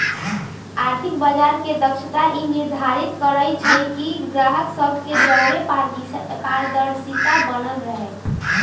आर्थिक बजार के दक्षता ई निर्धारित करइ छइ कि गाहक सभ के जओरे पारदर्शिता बनल रहे